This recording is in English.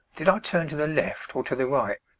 did i turn to the left or to the right.